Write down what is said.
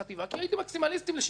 כי הייתם מקסימליסטים לשיטתכם,